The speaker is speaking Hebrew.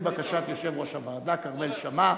לפי בקשת יושב-ראש הוועדה, כרמל שאמה,